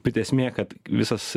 bet esmė kad visas